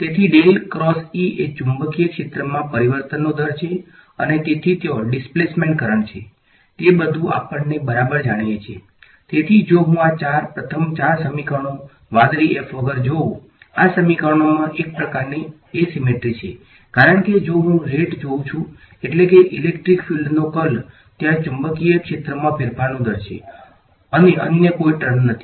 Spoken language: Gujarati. તેથી એ ચુંબકીય જોઉં છું એટલે કે ઇલેક્ટ્રિક ફિલ્ડનો કર્લ ત્યાં ચુંબકીય ક્ષેત્રમાં ફેરફારનો દર છે અને અન્ય કોઈ ટર્મ નથી